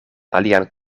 alian